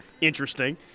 interesting